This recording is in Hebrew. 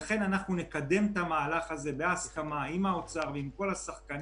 לכן אנחנו נקדם את המהלך הזה בהסכמה עם משרד האוצר ועם כל השחקנים,